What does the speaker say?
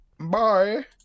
Bye